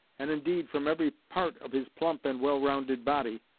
and, indeed, from every part of his plump and well-rounded body.